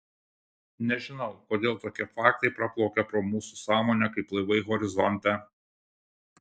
nežinau kodėl tokie faktai praplaukia pro mūsų sąmonę kaip laivai horizonte